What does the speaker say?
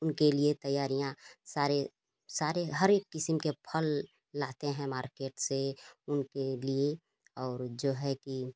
उनके लिए तैयारियाँ सारे सारे हर एक क़िस्म के फल लाते हैं मार्केट से उनके लिए और जो है कि